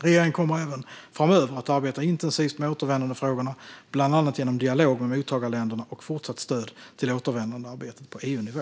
Regeringen kommer även framöver att arbeta intensivt med återvändandefrågorna, bland annat genom dialog med mottagarländerna och fortsatt stöd till återvändandearbetet på EU-nivå.